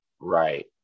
Right